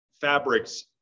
fabrics